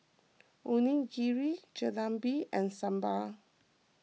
Onigiri Jalebi and Sambar